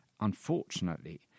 Unfortunately